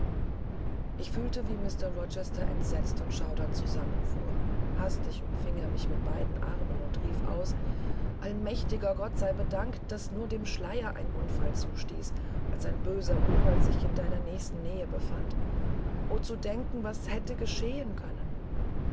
ich fühlte wie mr rochester entsetzt und schaudernd zusammenfuhr hastig umfing er mich mit beiden armen und rief aus allmächtiger gott sei bedankt daß nur dem schleier ein unfall zustieß als ein böser unhold sich in deiner nächsten nähe befand o zu denken was hätte geschehen können